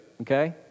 okay